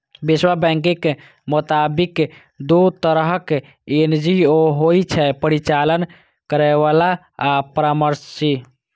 विश्व बैंकक मोताबिक, दू तरहक एन.जी.ओ होइ छै, परिचालन करैबला आ परामर्शी